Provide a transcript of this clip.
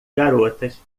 garotas